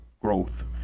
growth